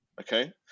okay